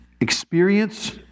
experience